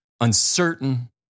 uncertain